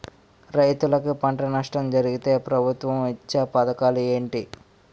రైతులుకి పంట నష్టం జరిగితే ప్రభుత్వం ఇచ్చా పథకాలు ఏంటి?